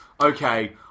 Okay